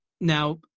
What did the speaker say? now